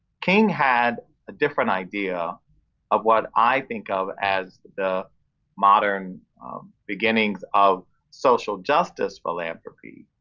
king had a different idea of what i think of as the modern beginnings of social justice philanthropy,